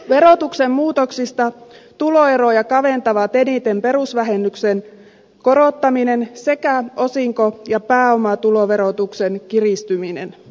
verotuksen muutoksista tuloeroja kaventavat eniten perusvähennyksen korottaminen sekä osinko ja pääomatuloverotuksen kiristyminen